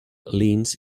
leans